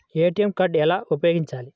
ATM card ఎలా ఉపయోగించాలి?